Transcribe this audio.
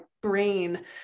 brain